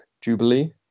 Jubilee